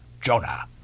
Jonah